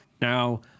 Now